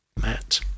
Matt